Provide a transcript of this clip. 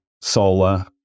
solar